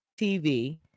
TV